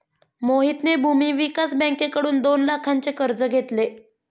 मोहितने भूविकास बँकेकडून दोन लाखांचे कर्ज घेतले